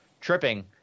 tripping